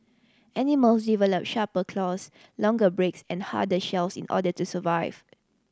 animals develop sharper claws longer breaks and harder shells in order to survive